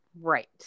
Right